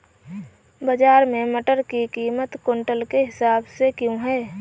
बाजार में मटर की कीमत क्विंटल के हिसाब से क्यो है?